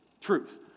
truth